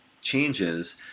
changes